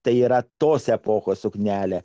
tai yra tos epochos suknelę